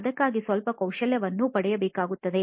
ಅದಕ್ಕಾಗಿ ಸ್ವಲ್ಪ ಕೌಶಲ್ಯವನ್ನು ಉಪಯೋಗಿಸಬೇಕಾಗುತ್ತದೆ